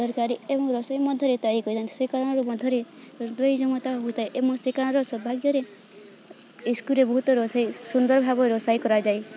ତରକାରୀ ଏବଂ ରୋଷେଇ ମଧ୍ୟରେ ତିଆରି କରିଥାନ୍ତି ସେ କାରଣରୁ ମଧ୍ୟରେ ଦଇ ଜମତା ହୋଇଥାଏ ଏବଂ ସେ କାରଣର ସୌଭାଗ୍ୟରେ ସ୍କୁଲ୍ରେ ବହୁତ ରୋଷେଇ ସୁନ୍ଦର ଭାବରେ ରୋଷେଇ କରାଯାଏ